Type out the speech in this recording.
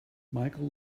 michael